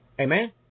Amen